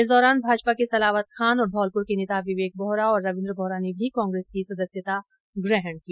इस दौरान भाजपा के सलावत खान और धौलपुर के नेता विवेक बोहरा और रविन्द्र बोहरा ने भी कांग्रेस की सदस्यता ग्रहण की